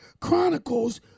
Chronicles